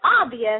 obvious